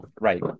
Right